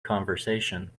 conversation